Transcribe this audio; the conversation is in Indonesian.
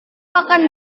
akan